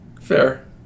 Fair